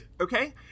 Okay